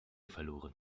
verloren